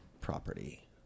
property